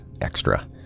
extra